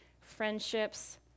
friendships